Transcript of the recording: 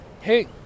Hey